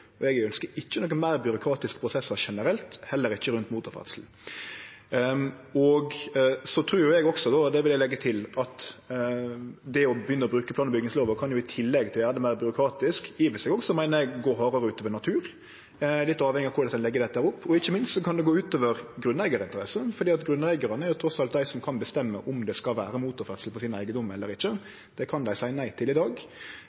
Eg ønskjer ikkje meir byråkratiske prosessar generelt – heller ikkje rundt motorferdsel. Så trur eg også – og det vil eg leggje til – at å begynne å bruke plan- og bygningslova kan, i tillegg til å gjere det meir byråkratisk, i og for seg også gå hardare utover naturen – litt avhengig av korleis ein legg det opp. Ikkje minst kan det gå utover grunneigarinteresser, for grunneigarane er trass alt dei som kan bestemme om det skal vere motorferdsel på eigedomen deira eller ikkje. Det kan dei seie nei til i dag.